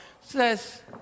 says